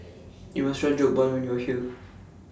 YOU must Try Jokbal when YOU Are here